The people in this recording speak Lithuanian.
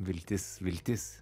viltis viltis